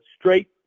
straight